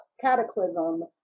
cataclysm